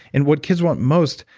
and what kids want most,